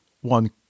one